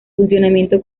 funcionamiento